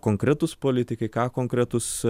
konkretūs politikai ką konkretūs